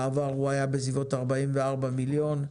בעבר הוא היה בסביבות 44 מיליון,